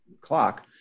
clock